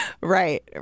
Right